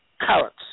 carrots